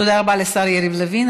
תודה רבה לשר יריב לוין.